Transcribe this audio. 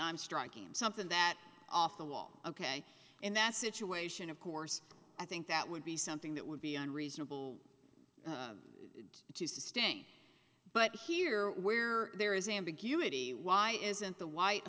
i'm striking something that off the wall ok in that situation of course i think that would be something that would be unreasonable to stink but here where there is ambiguity why isn't the white